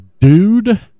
dude